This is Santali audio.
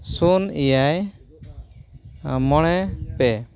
ᱥᱩᱱ ᱮᱭᱟᱭ ᱢᱚᱬᱮ ᱯᱮ